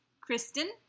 Kristen